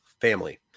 family